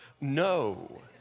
No